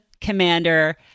commander